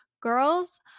girls